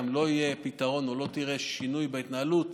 לא יהיה פתרון או לא תראה שינוי בהתנהלות,